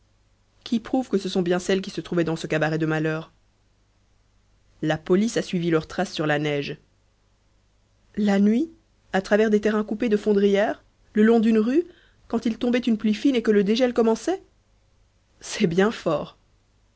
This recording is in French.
qui prouve que ce sont bien celles qui se trouvaient dans ce cabaret de malheur la police a suivi leurs traces sur la neige la nuit à travers des terrains coupés de fondrières le long d'une rue quand il tombait une pluie fine et que le dégel commençait c'est bien fort